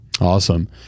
Awesome